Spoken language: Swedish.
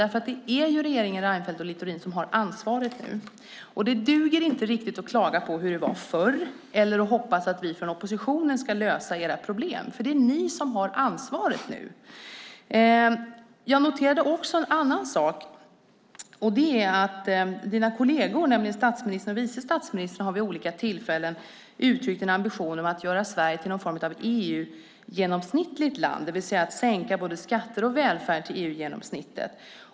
Det är ju regeringen Reinfeldt och Littorin som har ansvaret nu. Det duger inte riktigt att klaga på hur det var förr eller att hoppas att vi från oppositionen ska lösa era problem, för det är ni som har ansvaret nu. Jag noterade också en annan sak. Dina kolleger, nämligen statsministern och vice statsministern, har vid olika tillfällen uttryckt en ambition att göra Sverige till någon form av EU-genomsnittligt land, det vill säga att sänka både skatter och välfärd till EU-genomsnittet.